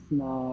no